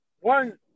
One